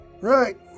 Right